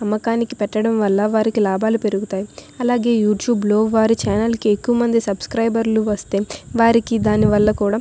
అమ్మకానికి పెట్టడం వల్ల వారికి లాభాలు పెరుగుతాయి అలాగే యూట్యూబ్లో వారి ఛానల్కి ఎక్కువ మంది సబ్స్క్రైబర్లు వస్తే వారికి దాని వల్ల కూడా